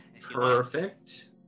Perfect